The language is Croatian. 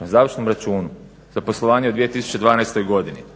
na završnom računu za poslovanje u 2012. godini